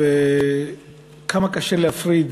וכמה קשה להפריד